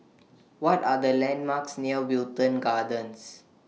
What Are The landmarks near Wilton Gardens